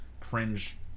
cringe